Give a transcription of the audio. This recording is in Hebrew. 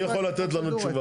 מי יכול לתת לנו תשובה?